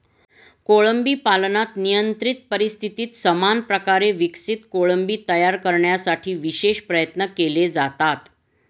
कोळंबी पालनात नियंत्रित परिस्थितीत समान प्रकारे विकसित कोळंबी तयार करण्यासाठी विशेष प्रयत्न केले जातात